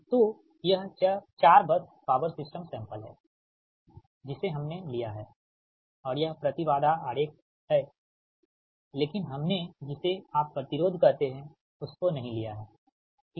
तो यह 4 bus power system sample है जिसे हमने लिया है और यह प्रति बाधा आरेख है लेकिन हमने जिसे आप प्रतिरोध कहते हैंउसको नही लिया है ठीक